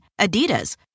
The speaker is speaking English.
Adidas